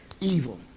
evil